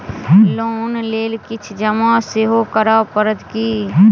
Loan लेल किछ जमा सेहो करै पड़त की?